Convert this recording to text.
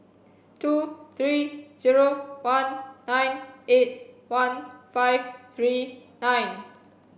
two three zero one nine eight one five three nine